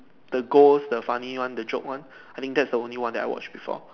the ghost the funny one the joke one I think that's the only one that I watch before